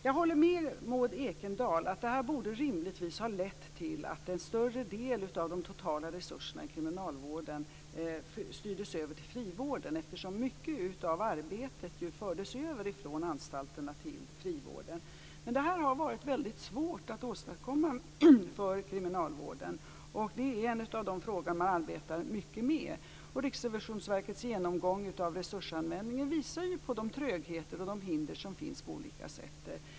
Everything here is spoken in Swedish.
Jag håller med Maud Ekendahl om att det här rimligtvis borde ha lett till att en större del av de totala resurserna i kriminalvården styrdes över till frivården, eftersom mycket av arbetet ju fördes över från anstalterna till frivården. Men det här har varit väldigt svårt att åstadkomma för kriminalvården. Det är en av de frågor man arbetar mycket med. Riksrevisionsverkets genomgång av resursanvändningen visar ju på de trögheter och hinder som finns på olika sätt.